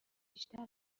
بیشتر